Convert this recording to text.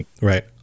right